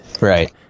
right